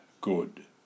good